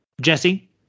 Jesse